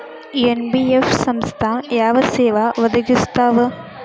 NBF ಸಂಸ್ಥಾ ಯಾವ ಸೇವಾ ಒದಗಿಸ್ತಾವ?